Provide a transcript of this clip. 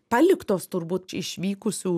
paliktos turbūt išvykusių